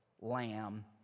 lamb